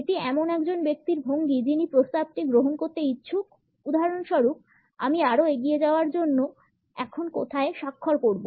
এটি এমন একজন ব্যক্তির ভঙ্গি যিনি প্রস্তাবটি গ্রহণ করতে ইচ্ছুক উদাহরণস্বরূপ আমি আরও এগিয়ে যাওয়ার জন্য এখন কোথায় স্বাক্ষর করব